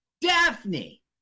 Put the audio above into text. Daphne